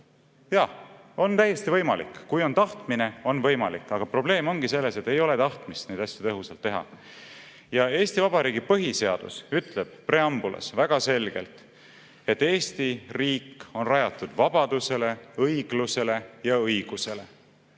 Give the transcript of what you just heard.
Jaa, on täiesti võimalik, kui on tahtmine, on võimalik, aga probleem ongi selles, et ei ole tahtmist neid asju tõhusalt teha. Ja Eesti Vabariigi põhiseadus ütleb preambulis väga selgelt, et Eesti riik on rajatud vabadusele, õiglusele ja õigusele.